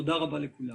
תודה רבה לכולם.